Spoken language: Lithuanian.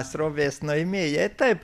srovės nuėmėjai taip